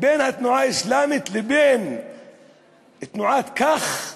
בין התנועה האסלאמית לבין תנועת "כך"?